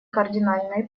кардинальной